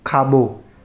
खाॿो